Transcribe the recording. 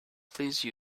please